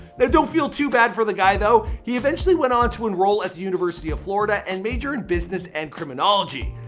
don't feel too bad for the guy though, he eventually went on to enroll at the university of florida and major in business and criminology.